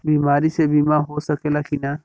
बीमारी मे बीमा हो सकेला कि ना?